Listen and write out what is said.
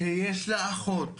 שיש לה גם אחות